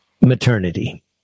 maternity